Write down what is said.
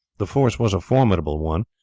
the force was a formidable one,